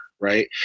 Right